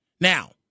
Now